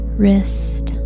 wrist